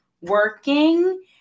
working